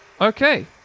Okay